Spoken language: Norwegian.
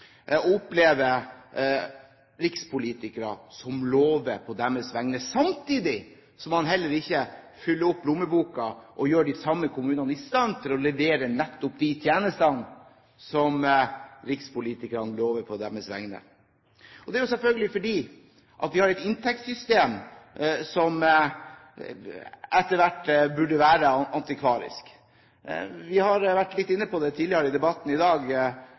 rikspolitikere som lover på deres vegne, samtidig som man ikke fyller opp lommeboken og gjør de samme kommunene i stand til å levere nettopp de tjenestene som rikspolitikerne lover på deres vegne. Det kommer selvfølgelig av at vi har et inntektssystem som etter hvert burde være antikvarisk. Vi har vært litt inne på det i debatten tidligere i dag.